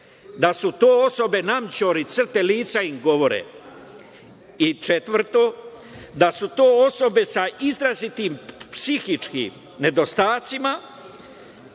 da su to osobe namćori, crte lica im govore. Četvrto, da su to osobe sa izrazitim psihičkim nedostacima,